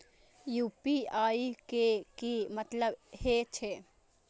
UPI के की मतलब हे छे?